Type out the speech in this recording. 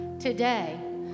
today